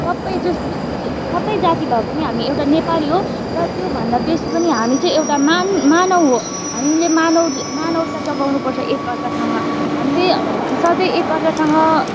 सबै जस्तो ज सबै जाति भए पनि हामी एउटा नेपाली हो र त्योभन्दा बेसी पनि हामी चाहिँ एउटा मान मानव हो हामीले मानव मानवता जगाउनु पर्छ एक अर्कासँग हामीले सधैँ एक अर्कासँग